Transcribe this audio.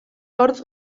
hortz